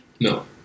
No